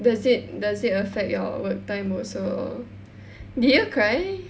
does it does it affect your work time also did you cry